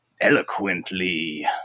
eloquently